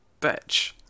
bitch